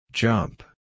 Jump